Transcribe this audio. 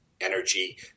energy